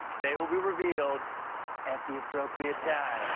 they will be revealed at the appropriate time.